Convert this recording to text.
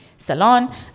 salon